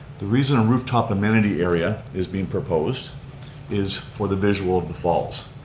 the reason a rooftop amenity area is being proposed is for the visual of the falls.